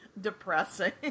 depressing